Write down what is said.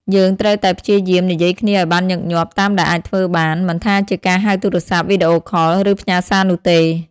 ការបង្កើតការប្រាស្រ័យទាក់ទងដោយបើកចំហ និងទៀងទាត់ គឺជាគ្រឹះនៃទំនាក់ទំនងចម្ងាយឆ្ងាយ។